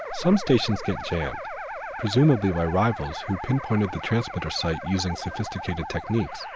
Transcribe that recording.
some stations get jammed presumably by rivals who pinpointed the transmitter site using sophisticated techniques.